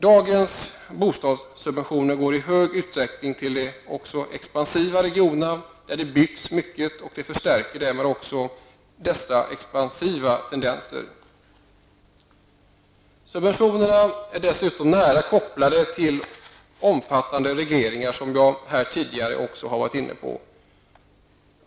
Dagens bostadssubventioner går i stor utsträckning till expansiva regioner, där det byggs mycket, och därmed förstärks de expansiva tendenserna. Subventionerna är dessutom, som tidigare nämnts, nära kopplade till omfattande regleringar.